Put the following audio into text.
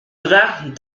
drap